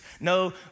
No